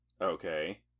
Okay